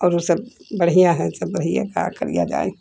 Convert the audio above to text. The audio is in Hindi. और सब बढ़िया है सब बढ़िया कार्य कार लिया जाए